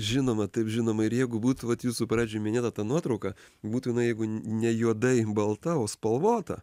žinoma taip žinoma ir jeigu būtų vat jūsų pradžioj minėta nuotrauka būtų jinai jeigu ne juodai balta o spalvota